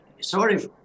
sorry